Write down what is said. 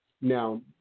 now